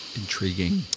Intriguing